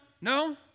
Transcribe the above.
No